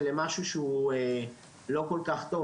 של ח"כ לימור מגן תלם,